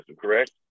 correct